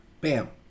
bam